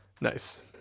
Nice